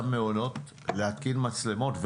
מעונות להתקין מצלמות,